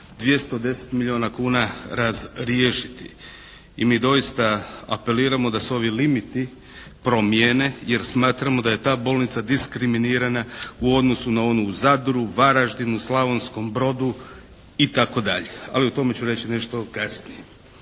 210 milijuna kuna razriješiti. I mi doista apeliramo da se ovi limiti promijene jer smatramo da je ta bolnica diskriminirana u odnosu na onu u Zadru, Varaždinu, Slavonskom Brodu itd., ali o tome ću reći nešto kasnije.